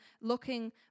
looking